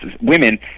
women